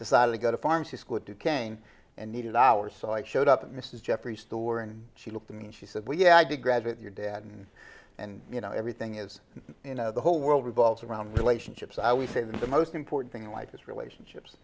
decided to go to pharmacy school at duquesne and needed hours so i showed up at mrs jeffrey store and she looked at me and she said well you know i did graduate your dad and and you know everything is you know the whole world revolves around relationships i would say that the most important thing in life is relationships